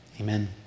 Amen